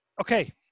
Okay